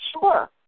Sure